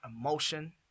emotion